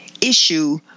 issue